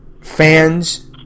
fans